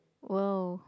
!wow!